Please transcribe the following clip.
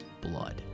blood